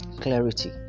clarity